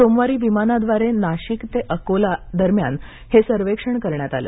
सोमवारी विमानाद्वारे नाशिक ते अकोलादरम्यान हे सर्वेक्षण करण्यात आलं